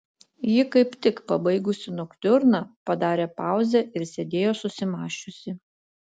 ji kaip tik pabaigusi noktiurną padarė pauzę ir sėdėjo susimąsčiusi